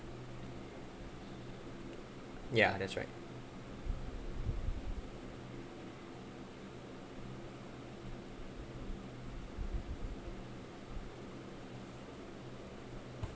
ya that's right